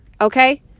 Okay